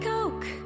Coke